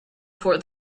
for